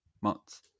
months